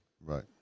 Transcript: Right